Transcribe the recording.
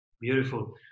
Beautiful